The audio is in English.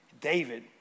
David